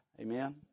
Amen